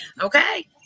Okay